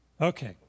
Okay